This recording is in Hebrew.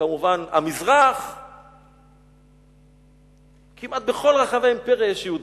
כמובן המזרח, כמעט בכל רחבי האימפריה יש יהודים.